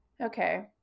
okay